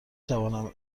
توانم